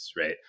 right